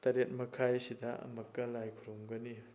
ꯇꯔꯦꯠ ꯃꯈꯥꯏꯁꯤꯗ ꯑꯃꯛꯀ ꯂꯥꯏ ꯈꯨꯔꯨꯝꯒꯅꯤ